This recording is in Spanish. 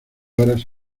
horas